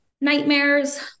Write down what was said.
nightmares